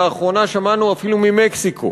לאחרונה שמענו אפילו ממקסיקו